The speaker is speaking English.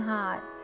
Heart